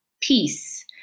peace